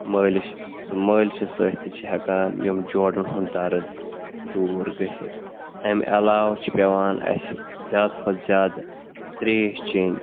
مٲلِش سُہ مٲلِشہِ سۭتۍ تہِ چھِ ہٮ۪کان یِم جوڑَن ہُنٛد دَرد دوٗر گٔژھِتھ اَمہِ علاوٕ چھِ پیٚوان اَسہِ زیادٕ کھۄتہٕ زیادٕ تریش چیٚنۍ